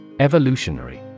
Evolutionary